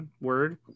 word